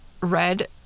red